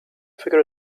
figure